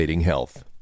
health